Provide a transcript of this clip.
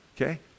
Okay